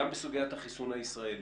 גם בסוגית החיסון הישראלי.